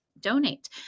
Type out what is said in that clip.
donate